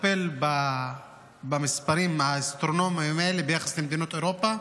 לטפל במספרים האסטרונומיים האלה ביחס למדינות אירופה.